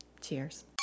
Cheers